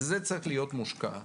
זה צריך להיות מושקע בחו"ל.